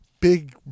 big